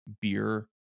beer